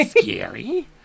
scary